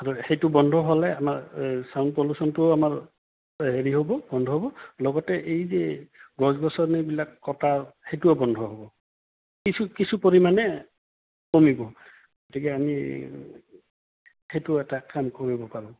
আৰু সেইটো বন্ধ হ'লে আমাৰ ছাউণ্ড পলিউশ্যনটো আমাৰ হেৰি হ'ব বন্ধ হ'ব লগতে এই যে গছ গছনিবিলাক কটা সেইটোও বন্ধ হ'ব কিছু কিছু পৰিমাণে কমিব গতিকে আমি সেইটো এটা কাম কমিব পাৰোঁ